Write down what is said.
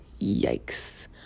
Yikes